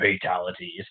fatalities